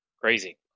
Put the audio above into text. Crazy